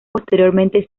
posteriormente